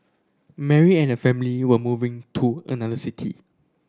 Mary and her family were moving to another city